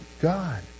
God